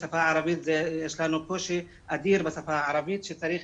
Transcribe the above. בשפה הערבית יש קושי אדיר שצריך